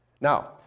Now